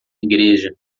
igreja